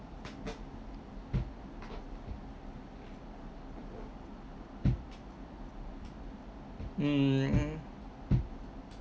hmm